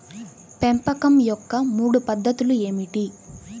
పెంపకం యొక్క మూడు పద్ధతులు ఏమిటీ?